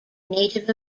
native